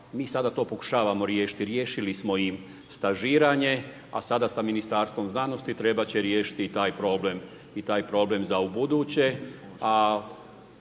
mi sada to pokušavamo riješiti. Riješili smo i stažiranje, a sada sa Ministarstvom znanosti, trebati će riješiti i taj problem i taj